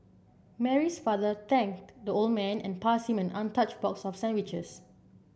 Mary's father thanked the old man and passed him an untouched box of sandwiches